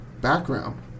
background